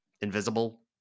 invisible